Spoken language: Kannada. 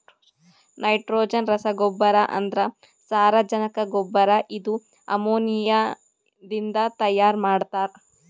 ನೈಟ್ರೋಜನ್ ರಸಗೊಬ್ಬರ ಅಂದ್ರ ಸಾರಜನಕ ಗೊಬ್ಬರ ಇದು ಅಮೋನಿಯಾದಿಂದ ತೈಯಾರ ಮಾಡ್ತಾರ್